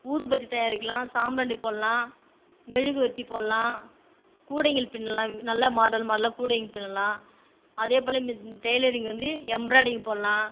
ஊதுபத்தி தயாரிக்கலாம் சாம்பிராணி போடலாம் மெழுகுவத்தி போடலாம் கூடைங்கள் பின்னுலாம் நல்லா மாடல் மாடல்லாக கூடைங்கள் பின்னலாம் அதே போல மித் டெய்லரிங் வந்து எம்பிராயிடிங் போடலாம்